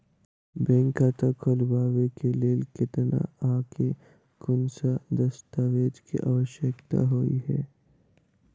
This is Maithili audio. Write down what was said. बैंक खाता खोलबाबै केँ लेल केतना आ केँ कुन सा दस्तावेज केँ आवश्यकता होइ है?